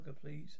please